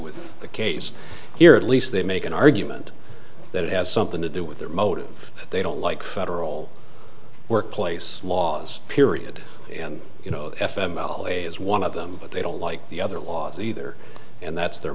with the case here or at least they make an argument that it has something to do with their motives they don't like federal workplace laws period and you know if a is one of them but they don't like the other laws either and that's their